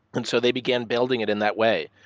and so they began building it in that way.